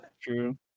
true